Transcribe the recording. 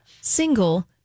single